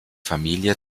familie